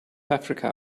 africa